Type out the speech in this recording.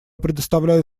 предоставляю